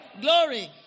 Glory